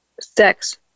sex